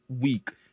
week